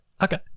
okay